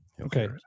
Okay